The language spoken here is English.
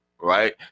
right